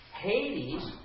Hades